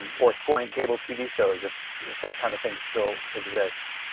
um or scoring cable tv shows, if if that kind of things still exists.